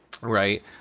Right